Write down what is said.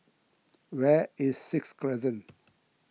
where is Sixth Crescent